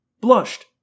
blushed